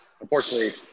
unfortunately